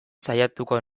saiatuko